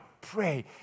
pray